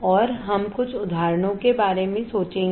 और हम कुछ उदाहरणों के बारे में सोचेंगे